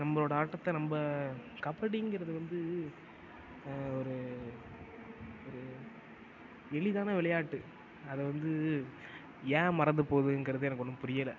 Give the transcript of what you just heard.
நம்மளோட ஆட்டத்தை நம்ம கபடிங்கிறது வந்து ஒரு ஒரு எளிதான விளையாட்டு அது வந்து ஏன் மறந்து போதுங்கிறது எனக்கு ஒன்றும் புரியலை